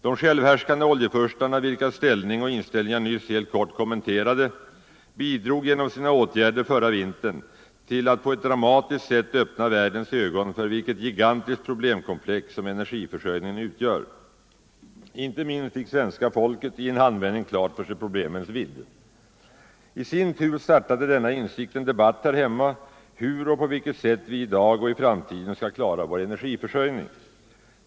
De självhärskande oljefurstarna, vilkas ställning och inställning jag nyss helt kort kommenterade, bidrog genom sina åtgärder förra vintern till att på ett dramatiskt sätt öppna världens ögon för vilket gigantiskt problemkomplex oljeförsörjningen utgör. Inte minst fick svens ka folket i en handvändning klart för sig problemens vidd. I sin tur startade denna insikt en debatt här hemma om hur vi i dag och i framtiden skall klara vår energiförsörjning.